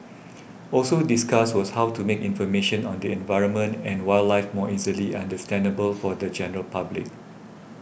also discussed was how to make information on the environment and wildlife more easily understandable for the general public